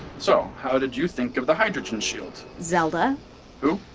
so how did you think of the hydrogen shield? zelda who?